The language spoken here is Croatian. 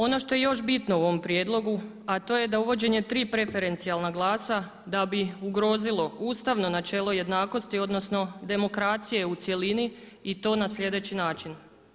Ono što je još bitno u ovom prijedlogu, a to je da uvođenje tri preferencijalna glasa da bi ugrozilo ustavno načelo jednakosti odnosno demokracije u cjelini i to na sljedeći način.